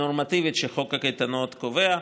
הנורמטיבית שחוק הקייטנות קובע.